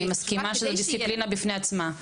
אני מסכימה שזו דיסציפלינה בפני עצמה.